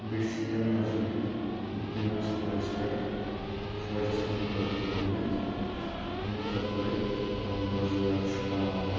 بیٚیہِ چھِ تِمہِ مٔزیٖد دوٚیمِس پٲیِس پٮ۪ٹھ فوجَس منٛز برتی گٔمٕتۍ یِم تَپٲرۍ پَنُن روزگار چھِ کَماوان